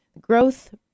growth